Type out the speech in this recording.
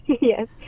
Yes